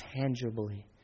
tangibly